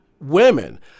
women